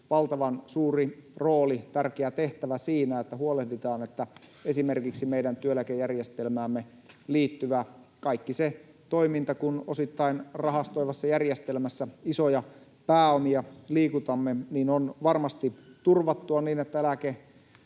valtavan suuri rooli, tärkeä tehtävä siinä, että huolehditaan, että esimerkiksi meidän työeläkejärjestelmäämme liittyvä kaikki se toiminta, kun osittain rahastoivassa järjestelmässä isoja pääomia liikutamme, on varmasti turvattua, niin että eläketurva